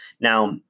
Now